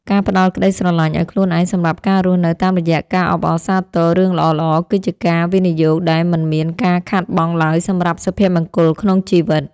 ការផ្ដល់ក្ដីស្រឡាញ់ឱ្យខ្លួនឯងសម្រាប់ការរស់នៅតាមរយៈការអបអរសាទររឿងល្អៗគឺជាការវិនិយោគដែលមិនមានការខាតបង់ឡើយសម្រាប់សុភមង្គលក្នុងជីវិត។